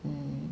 mm